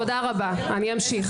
תודה רבה, אני אמשיך.